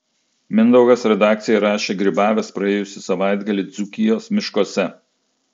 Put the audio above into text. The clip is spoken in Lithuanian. mindaugas redakcijai rašė grybavęs praėjusį savaitgalį dzūkijos miškuose